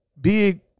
Big